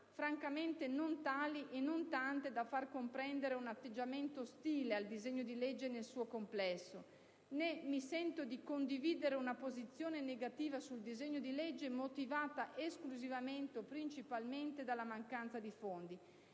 francamente, non tali e non tante da far comprendere un atteggiamento ostile al disegno di legge nel suo complesso. Né mi sento di condividere una posizione negativa sul disegno di legge motivata esclusivamente o principalmente dalla mancanza di fondi.